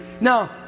Now